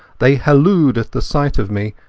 they hallooed at the sight of me,